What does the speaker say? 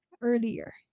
earlier